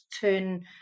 turn